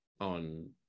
on